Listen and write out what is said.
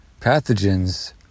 pathogens